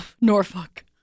Norfolk